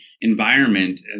environment